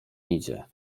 idzie